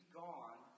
gone